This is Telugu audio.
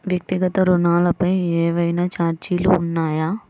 వ్యక్తిగత ఋణాలపై ఏవైనా ఛార్జీలు ఉన్నాయా?